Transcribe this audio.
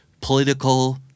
political